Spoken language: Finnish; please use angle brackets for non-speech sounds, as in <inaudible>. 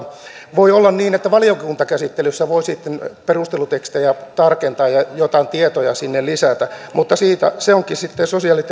voi olla niin että valiokuntakäsittelyssä voi sitten perustelutekstejä tarkentaa ja joitain tietoja sinne lisätä mutta se onkin sitten sosiaali ja <unintelligible>